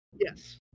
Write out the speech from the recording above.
Yes